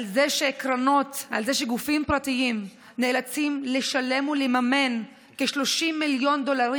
על שגופים פרטיים נאלצים לממן ולשלם כ-30 מיליון דולרים?